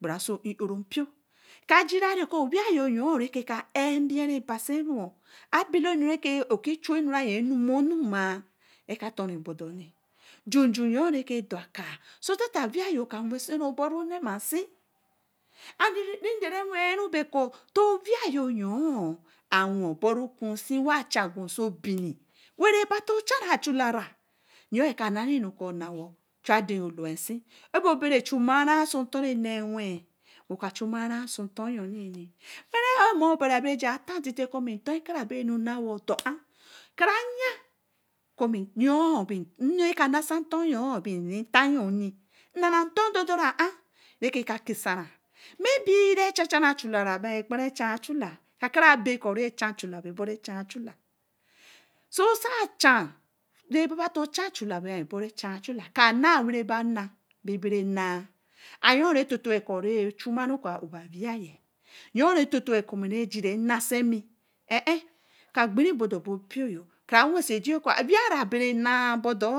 ban sóó é ó ró káá jira koo owiyáá yo yon reka áá mbien re basen ru ó abela nu re ka ó ki nu mo nu má eka tonri bodori junju yon re ke daka so dat awia ka wanso ro boro ne ma nse re don wen baa ko too owia yo yon awen eboro kan se way chen gwa so obini ro ba ko nawo chu aden loo se, obo bore chuma ra so ton re ne weni amor obai bara jai tan tite koo mii nton karaba nu dor a en karayan yor ano ka nasa ton yan, nara ton dor dor en re ke ka kar kasen may be re chamra chula karaba bai kparan chan chula kaka bai koo re chan chula so sa chan re ba to chan chula ka na wera bai to na bai bara nai ayon re totoo koo re chuma koo a o bai awaia ya yon reto too wey kóó, meu re jira nasemi eh eh, ka gbin ri bodor kara wen oso egin okoo awia ra bara na bodo,